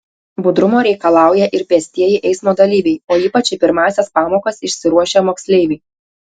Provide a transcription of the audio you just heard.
budrumo reikalauja ir pėstieji eismo dalyviai o ypač į pirmąsias pamokas išsiruošę moksleiviai